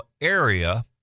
area